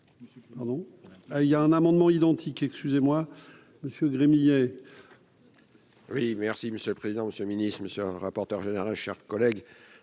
il y a un amendement identique, excusez-moi monsieur Gremillet. Oui, merci Monsieur le président, Monsieur le Ministre ne sera rapporteur général, chers collègues,